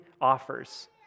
offers